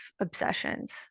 obsessions